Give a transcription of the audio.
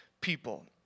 people